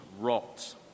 rot